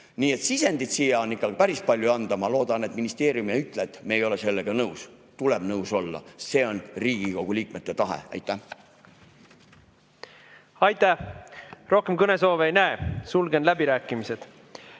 Nii et sisendit on siia ikka päris palju anda. Ma loodan, et ministeerium ei ütle, et me ei ole sellega nõus. Tuleb nõus olla, sest see on Riigikogu liikmete tahe. Aitäh! Aitäh! Rohkem kõnesoove ei näe. Sulgen läbirääkimised.